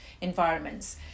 environments